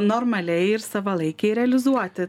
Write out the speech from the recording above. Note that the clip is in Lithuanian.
normaliai ir savalaikiai realizuoti